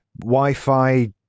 Wi-Fi